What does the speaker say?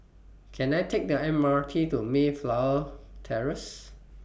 Can I Take The M R T to Mayflower Terrace